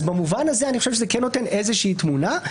במובן הזה, אני חושב שזה נותן איזושהי תמונה.